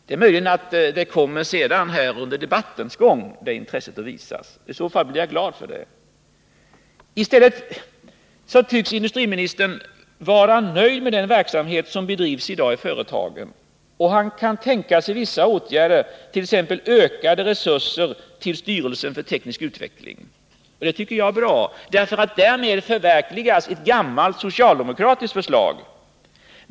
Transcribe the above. Det är möjligt att han under debattens gång kommer att visa det intresset, och i så fall blir jag glad. Men i stället tycks industriministern vara nöjd med den verksamhet som i dag bedrivs i företagen. Han kan tänka sig vissa åtgärder, t.ex. utökade resurser till styrelsen för teknisk utveckling. Det tycker jag är bra, för därmed förverkligas ett gammalt socialdemokratiskt förslag.